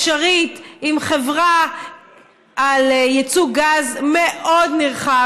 אפשרית עם חברה על יצוא גז מאוד נרחב?